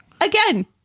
again